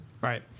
right